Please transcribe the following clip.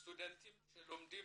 סטודנטים שלומדים